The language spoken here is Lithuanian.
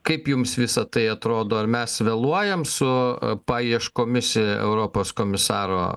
kaip jums visa tai atrodo ar mes vėluojam su paieškomis europos komisaro